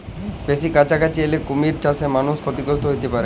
বেসি কাছাকাছি এলে কুমির চাসে মালুষ ক্ষতিগ্রস্ত হ্যতে পারে